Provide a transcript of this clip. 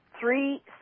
Three